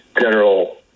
general